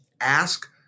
Ask